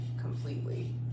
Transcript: completely